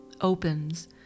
opens